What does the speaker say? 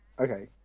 Okay